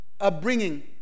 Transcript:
upbringing